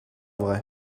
vrai